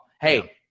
hey